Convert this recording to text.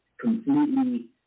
completely